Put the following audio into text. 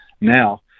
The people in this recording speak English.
Now